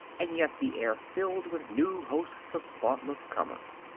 and yet the air filled with new hosts of thoughtless comers!